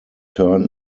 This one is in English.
turn